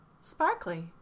Sparkly